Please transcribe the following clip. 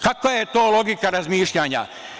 Kakva je to logika razmišljanja?